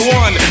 one